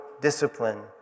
discipline